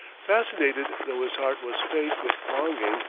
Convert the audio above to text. fascinated, though his heart was faint with longing,